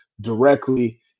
directly